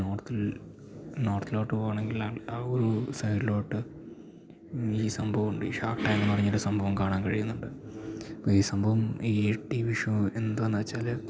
നോർത്തിൽ നോർത്തിലോട്ട് പോവാണങ്കിലാണ് ആ ഒരു സൈഡിലോട്ട് ഈ സംഭവമുണ്ട് ഈ ഷാക് ടാങ്കെന്ന് പറഞ്ഞൊരു സംഭവം കാണാൻ കഴിയുന്നുണ്ട് അപ്പം ഈ സംഭവം ഈ ടീ വീ ഷോ എന്തുവാന്ന് വെച്ചാൽ